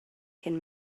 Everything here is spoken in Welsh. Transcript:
cyn